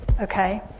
Okay